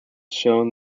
shown